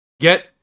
get